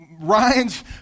ryan's